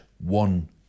one